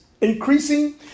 increasing